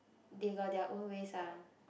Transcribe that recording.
they got their own ways ah